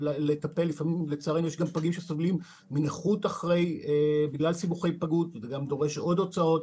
לצערנו יש גם פגים שסובלים מנכות בגלל סיבוכי פגות וזה דורש עוד הוצאות.